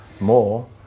more